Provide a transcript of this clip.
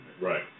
Right